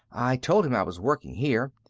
i told him i was working here,